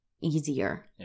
easier